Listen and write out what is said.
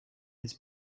his